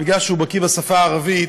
בגלל שהוא בקי בשפה הערבית,